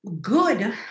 good